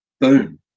boom